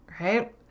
right